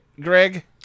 Greg